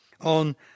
on